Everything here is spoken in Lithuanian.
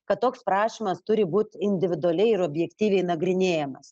kad toks prašymas turi būt individualiai ir objektyviai nagrinėjamas